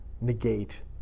negate